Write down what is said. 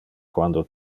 quando